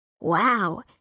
Wow